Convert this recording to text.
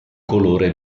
colore